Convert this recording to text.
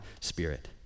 spirit